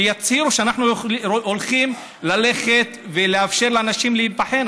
שיצהירו שאנחנו הולכים לאפשר לאנשים להיבחן.